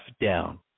down